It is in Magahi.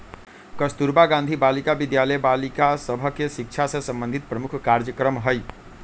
कस्तूरबा गांधी बालिका विद्यालय बालिका सभ के शिक्षा से संबंधित प्रमुख कार्जक्रम हइ